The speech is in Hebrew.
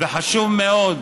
וחשוב מאוד